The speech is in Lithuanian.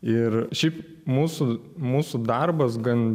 ir šiaip mūsų mūsų darbas gan